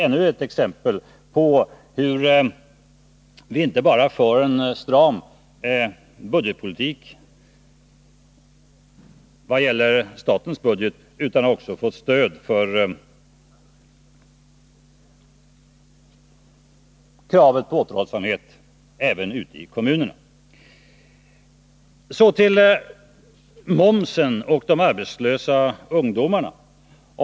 Vi för inte bara en stram budgetpolitik vad gäller statens budget utan får stöd för kravet på återhållsamhet även ute i kommunerna. Så till momsen och de arbetslösa ungdomarna.